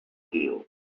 skill